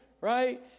Right